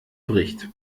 bricht